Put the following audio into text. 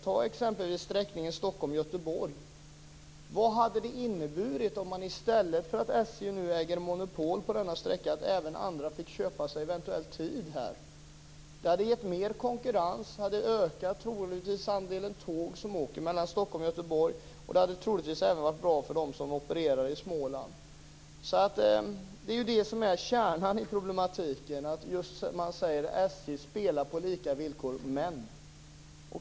Ta exempelvis sträckningen Stockholm-Göteborg. Nu äger SJ monopol på denna sträcka. Vad hade det inneburit om även andra fick köpa sig tid? Det hade gett mer konkurrens. Det hade troligtvis ökat andelen tåg som åker mellan Stockholm och Göteborg. Det hade troligtvis även varit bra för dem som opererar i Småland. Det är kärnan i problematiken. Man säger: SJ spelar på lika villkor, men ...